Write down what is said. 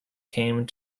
came